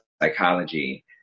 psychology